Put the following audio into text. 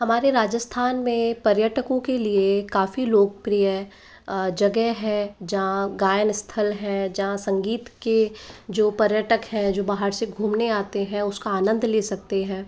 हमारे राजस्थान में पर्यटकों के लिए काफ़ी लोकप्रिय जगह है जहाँ गायन स्थल है जहाँ संगीत के जो पर्यटक है जो बाहर से घूमने आते हैं उसका आनंद ले सकते हैं